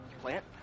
Plant